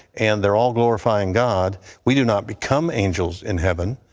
and they're all glorifying god. we do not become angels in heaven.